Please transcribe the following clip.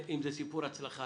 אם זה סיפור הצלחה,